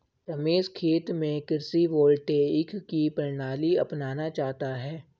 रमेश खेत में कृषि वोल्टेइक की प्रणाली अपनाना चाहता है